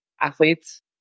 athletes